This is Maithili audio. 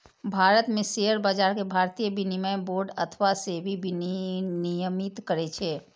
भारत मे शेयर बाजार कें भारतीय विनिमय बोर्ड अथवा सेबी विनियमित करै छै